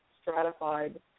stratified